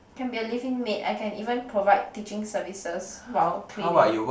can be a living maid I can even provide teaching services while cleaning